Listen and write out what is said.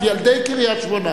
את ילדי קריית-שמונה.